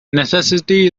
necessity